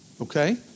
Okay